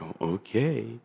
okay